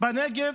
בנגב